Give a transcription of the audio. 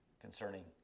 concerning